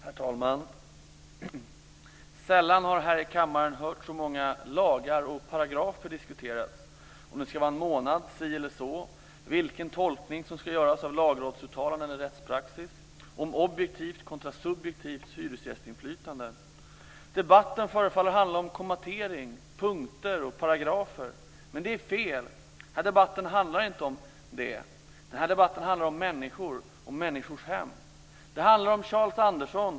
Herr talman! Sällan har här i kammaren hörts så många lagar och paragrafer diskuteras, om det ska vara en månad si eller så, vilken tolkning som ska göras av lagrådsuttalanden eller rättspraxis, om objektivt kontra subjektivt hyresgästinflytande. Debatten förefaller handla om kommatering, punkter och paragrafer. Det är fel. Den här debatten handlar inte om det. Den här debatten handlar om människor och om människors hem.